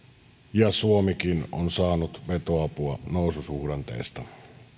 ja suomikin on saanut vetoapua noususuhdanteesta